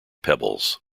pebbles